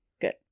good